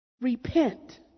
Repent